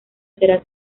será